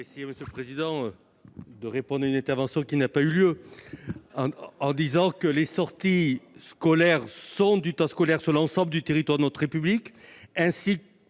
Je vais essayer de répondre à une intervention qui n'a pas eu lieu ... Les sorties scolaires sont du temps scolaire sur l'ensemble du territoire de notre République.